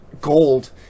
gold